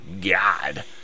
God